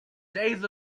days